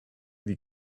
die